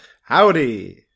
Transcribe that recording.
Howdy